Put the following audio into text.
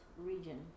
region